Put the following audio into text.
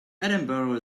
edinburgh